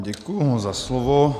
Děkuji za slovo.